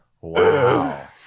Wow